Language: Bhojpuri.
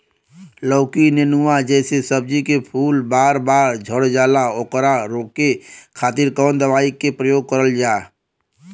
लौकी नेनुआ जैसे सब्जी के फूल बार बार झड़जाला ओकरा रोके खातीर कवन दवाई के प्रयोग करल जा?